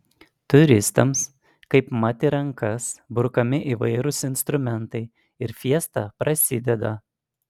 turistams kaipmat į rankas brukami įvairūs instrumentai ir fiesta prasideda